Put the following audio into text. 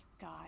God